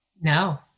no